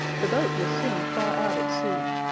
the boat was soon far out at sea.